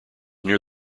near